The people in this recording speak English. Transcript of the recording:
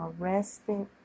arrested